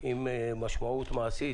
עם משמעות מעשית.